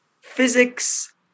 physics